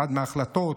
אחת מההחלטות,